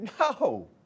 No